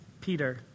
Peter